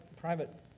private